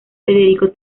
federico